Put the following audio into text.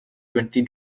twenty